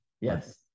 Yes